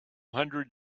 hundred